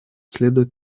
следует